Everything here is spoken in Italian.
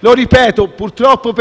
Lo ripeto, purtroppo,